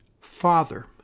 Father